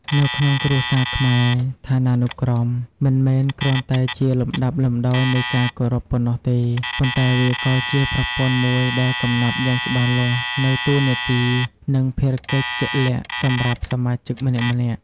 នៅក្នុងគ្រួសារខ្មែរ ឋានានុក្រម មិនមែនគ្រាន់តែជាលំដាប់លំដោយនៃការគោរពប៉ុណ្ណោះទេ ប៉ុន្តែវាក៏ជាប្រព័ន្ធមួយដែលកំណត់យ៉ាងច្បាស់លាស់នូវ តួនាទី និងភារកិច្ចជាក់លាក់ សម្រាប់សមាជិកម្នាក់ៗ។